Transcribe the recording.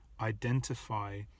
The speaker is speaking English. Identify